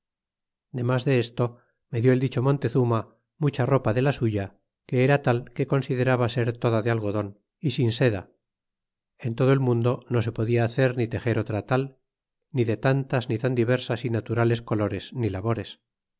y cierras desto para los que quedaron en la villa rica que suya que era tal que considerada ser toda de algodon y sin seda en todo el mundo no se podia hacer ni texer otra tal ni de tantas ni tan diversas y naturales colares ni labores